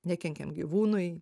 nekenkiant gyvūnui